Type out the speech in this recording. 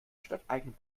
stadteigenen